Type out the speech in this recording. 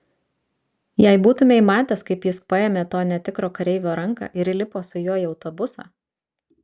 jei būtumei matęs kaip jis paėmė to netikro kareivio ranką ir įlipo su juo į autobusą